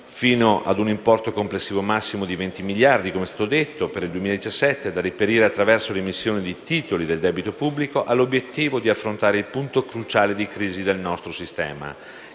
fino a un importo complessivo massimo di 20 miliardi di euro per il 2017, com'è stato detto, da reperire attraverso l'emissione di titoli del debito pubblico, ha l'obiettivo di affrontare il punto cruciale di crisi del nostro sistema